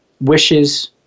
wishes